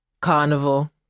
carnival